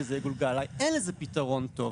שזה יגולגל עליי אין לזה פתרון טוב.